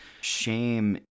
shame